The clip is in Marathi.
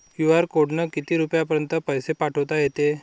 क्यू.आर कोडनं किती रुपयापर्यंत पैसे पाठोता येते?